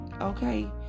okay